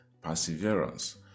perseverance